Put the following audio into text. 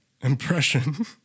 impression